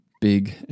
big